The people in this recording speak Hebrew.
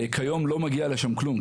כיום לא מגיע לשם כלום.